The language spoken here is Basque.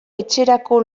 etxerako